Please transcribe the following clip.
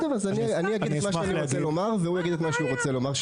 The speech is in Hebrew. אני אגיד את מה שאני רוצה לומר והוא יגיד את מה שהוא רוצה לומר.